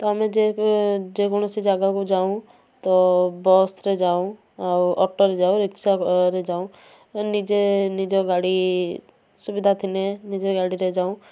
ତ ଆମେ ଯେ ଯେକୌଣସି ଜାଗାକୁ ଯାଉଁ ତ ବସ୍ ରେ ଯାଉଁ ଆଉ ଅଟୋରେ ଯାଉଁ ରିକ୍ସାରେ ଯାଉଁ ନିଜେ ନିଜ ଗାଡ଼ି ସୁବିଧା ଥିଲେ ନିଜ ଗାଡ଼ିରେ ଯାଉଁ